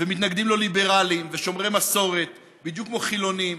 ומתנגדים לו ליברלים ושומרי מסורת בדיוק כמו חילונים,